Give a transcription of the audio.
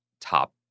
top